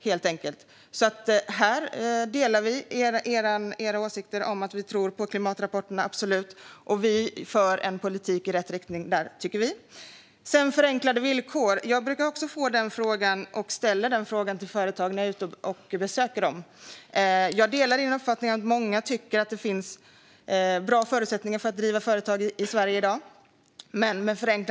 Precis som ni tror vi alltså på klimatrapporterna, och vi menar att vi för en politik i rätt riktning. Vad gäller förenklade villkor brukar också jag både få och ställa den frågan när jag besöker företag. Jag delar din uppfattning, Birger, att många tycker att det finns bra förutsättningar för att driva företag i Sverige i dag.